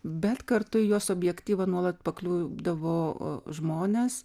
bet kartu į juos objektyvą nuolat pakliūdavo žmonės